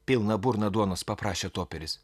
pilna burna duonos paprašė toperis